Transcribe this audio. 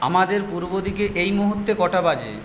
আমাদের পূর্ব দিকে এই মুহূর্তে কটা বাজে